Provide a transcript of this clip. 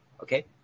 Okay